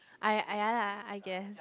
I ah ya lah I guess